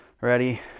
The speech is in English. Ready